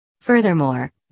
Furthermore